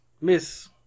Miss